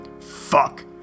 Fuck